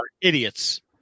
idiots